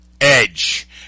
edge